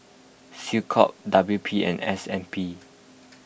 SecCom W P and S N B